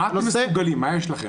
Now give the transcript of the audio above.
מה אתם מסוגלים, מה יש לכם?